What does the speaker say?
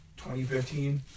2015